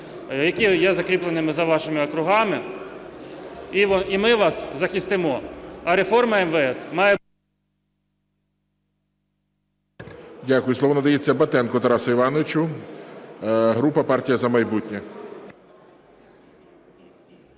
які є закріпленими за вашими округами, і ми вас захистимо. А реформа МВС… ГОЛОВУЮЧИЙ. Дякую. Слово надається Батенку Тарасу Івановичу, група "Партія "За майбутнє".